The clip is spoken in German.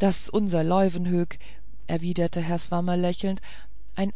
daß unser leuwenhoek erwiderte herr swammer lächelnd ein